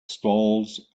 stalls